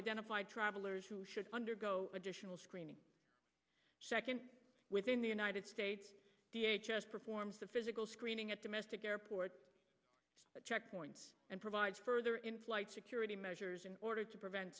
identify travelers who should undergo additional screening second within the united states d h s performs the physical screening at domestic airport checkpoints and provide further in flight security measures in order to prevent